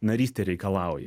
narystė reikalauja